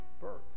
birth